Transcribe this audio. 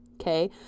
okay